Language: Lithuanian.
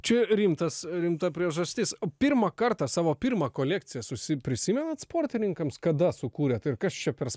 čia rimtas rimta priežastis o pirmą kartą savo pirmą kolekciją susi prisimenat sportininkams kada sukūrėt ir kas čia per